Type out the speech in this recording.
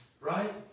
Right